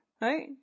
Right